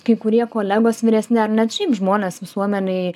kai kurie kolegos vyresni ar net šiaip žmonės visuomenėj